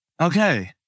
Okay